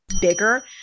bigger